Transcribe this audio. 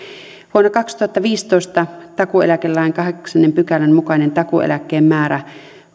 vuonna kaksituhattaviisitoista takuueläkelain kahdeksannen pykälän mukainen takuueläkkeen määrä